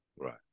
Right